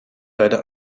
einer